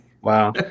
Wow